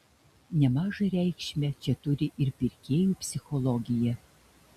nemažą reikšmę čia turi ir pirkėjų psichologija